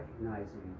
recognizing